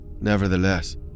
Nevertheless